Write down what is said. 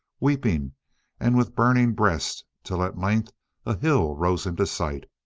weeping and with burning breast, till at length a hill rose into sight.